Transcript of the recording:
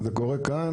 זה קורה כאן.